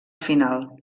final